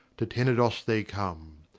to tenedos they come,